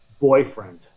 boyfriend